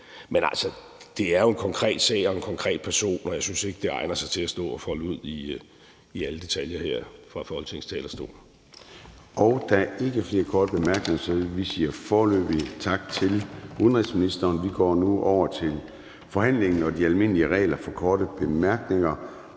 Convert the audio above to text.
Men altså, det er jo en konkret sag og en konkret person, og jeg synes ikke, det egner sig til at stå og folde ud i alle detaljer her fra Folketingets talerstol. Kl. 01:22 Formanden (Søren Gade): Der er ikke flere korte bemærkninger, så vi siger foreløbig tak til udenrigsministeren. Vi går nu over til forhandlingen og de almindelige regler for korte bemærkninger.